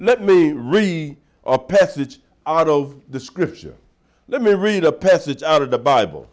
let me read a passage out of the scripture let me read a passage out of the bible